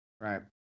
Right